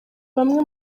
bamwe